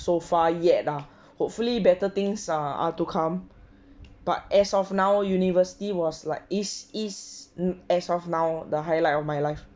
so far yet ah hopefully better things are to come but as of now university was like is is as of now the highlight of my life